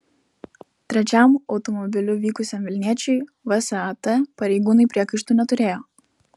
trečiam automobiliu vykusiam vilniečiui vsat pareigūnai priekaištų neturėjo